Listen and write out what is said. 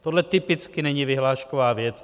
Tohle typicky není vyhlášková věc.